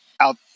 out